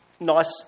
Nice